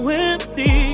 empty